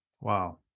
wow